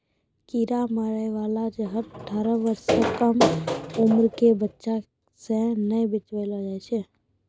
कीरा मारै बाला जहर अठारह बर्ष सँ कम उमर क बच्चा सें नै बेचबैलो जाय छै